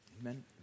Amen